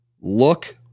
Look